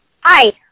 Hi